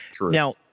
Now